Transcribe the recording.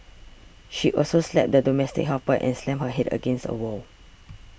she also slapped the domestic helper and slammed her head against a wall